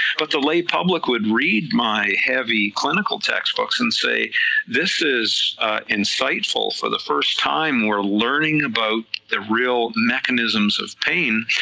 but the lay public would read my heavy clinical textbooks, and say this is insightful for the first time we are learning about the real mechanisms of pain,